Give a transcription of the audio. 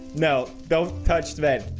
no, don't touch that